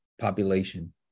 population